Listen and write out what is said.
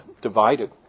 divided